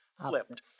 flipped